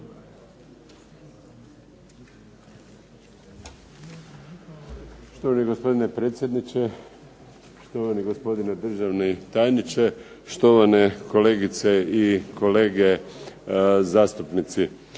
Štovani gospodine predsjedniče, štovani gospodine državni tajniče, štovane kolegice i kolege zastupnici.